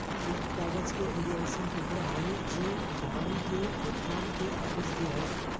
cheque काग़ज़ के एगो ऐसन टुकड़ा हइ जे धन के भुगतान के आदेश दे हइ